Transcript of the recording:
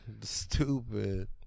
Stupid